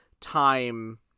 time